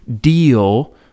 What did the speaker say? deal